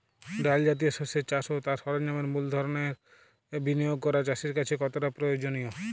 ডাল জাতীয় শস্যের চাষ ও তার সরঞ্জামের মূলধনের বিনিয়োগ করা চাষীর কাছে কতটা প্রয়োজনীয়?